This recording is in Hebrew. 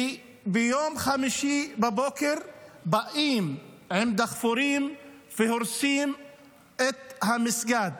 וביום חמישי בבוקר באים עם דחפורים והורסים את המסגד.